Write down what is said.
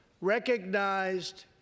recognized